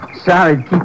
Sorry